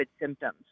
symptoms